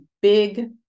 big